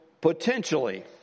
potentially